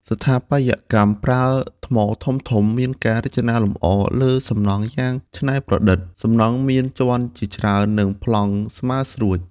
ស្ថាបត្យកម្ម ប្រើថ្មធំៗ មានការរចនាលម្អលើសំណង់យ៉ាងច្នៃប្រឌិត។ សំណង់មានជាន់ជាច្រើន និងប្លង់ស្មើស្រួច។